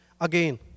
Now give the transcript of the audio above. Again